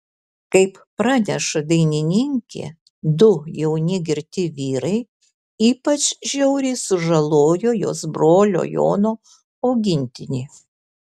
kaip praneša dainininkė du jauni girti vyrai ypač žiauriai sužalojo jos brolio jono augintinį